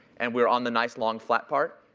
and we're on the nice, long flat part,